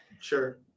Sure